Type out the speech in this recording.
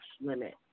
limit